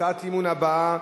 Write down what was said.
הצעת האי-אמון הבאה,